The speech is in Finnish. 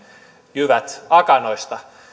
jyvät akanoista